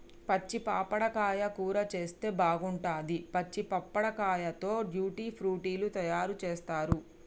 పచ్చి పప్పడకాయ కూర చేస్తే బాగుంటది, పచ్చి పప్పడకాయతో ట్యూటీ ఫ్రూటీ లు తయారు చేస్తారు